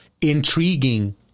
intriguing